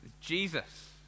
Jesus